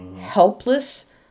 Helpless